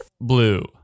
Blue